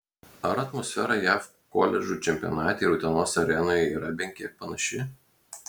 ar atmosfera jav koledžų čempionate ir utenos arenoje yra bent kiek panaši